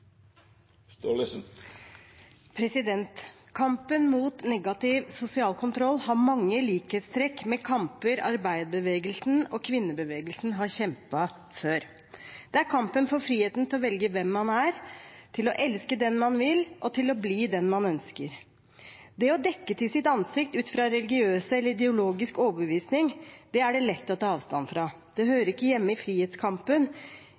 Kampen mot negativ sosial kontroll har mange likhetstrekk med kamper arbeiderbevegelsen og kvinnebevegelsen har kjempet før. Det er kampen for friheten til å velge hvem man er, til å elske den man vil, til å bli den man ønsker. Det å dekke til sitt ansikt ut fra religiøs eller ideologisk overbevisning er det lett å ta avstand fra. Det hører ikke hjemme i frihetskampen